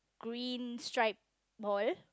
green stripe wall